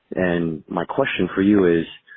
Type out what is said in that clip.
and my question for you is,